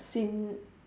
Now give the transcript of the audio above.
seen